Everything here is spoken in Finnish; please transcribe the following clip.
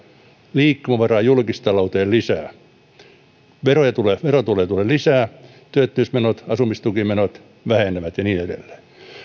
liikkumavaraa julkistalouteen lisää verotuloja tulee lisää työttömyysmenot asumistukimenot vähenevät ja niin edelleen